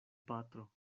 patro